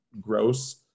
gross